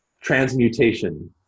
Transmutation